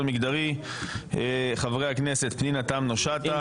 מגדרי חברי הכנסת פנינה תמנו שטה,